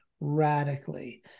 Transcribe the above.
radically